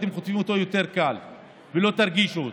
אתם חוטפים אותו יותר קל ולא תרגישו אותו,